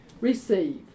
receive